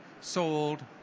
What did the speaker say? sold